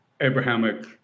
Abrahamic